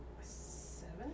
seven